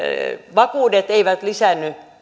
vakuudet eivät lisäänny